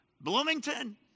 Bloomington